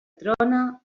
trone